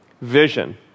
vision